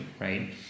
right